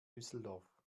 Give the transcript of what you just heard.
düsseldorf